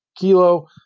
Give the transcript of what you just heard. kilo